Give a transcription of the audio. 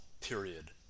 period